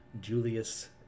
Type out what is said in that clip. julius